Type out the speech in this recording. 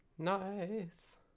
nice